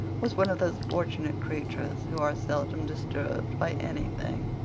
was one of those fortunate creatures who are seldom disturbed by anything.